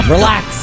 Relax